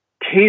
case